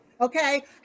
Okay